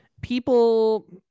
people